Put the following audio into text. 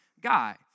guy